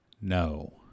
No